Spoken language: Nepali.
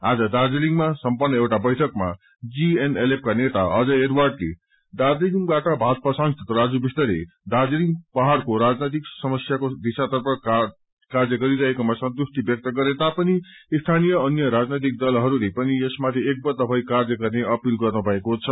आज दाज्रीलिङमा सम्पन्न एउटा बैइकमा जीएनएलएफ का नेता अजय एडर्वडले दार्जीलिङबाट भाजपा सांसद राजू विष्टलेदाज्रीलिङ पहाड़को राजनैतिक समस्यको दिशातर्फ कार्य गरिरहेकोमा सन्तुष्टि व्यक्त गरेतापनि स्थानीय अन्य राजनैतिक दलहरूले पनि यसमाथि एकबद्व भई कार्य गर्ने अपील गर्नु भएको छ